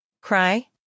Cry